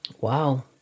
Wow